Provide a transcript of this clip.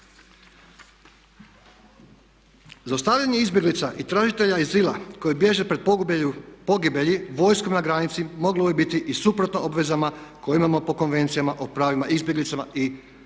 Zaustavljanje izbjeglica i tražitelja azila koji bježe pred pogibelji vojskom na granici moglo bi biti i suprotno obvezama koje imamo po Konvencijama o pravima izbjeglicama i tražiteljima